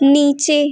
नीचे